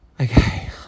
Okay